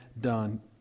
done